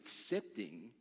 accepting